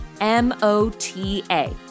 M-O-T-A